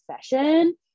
session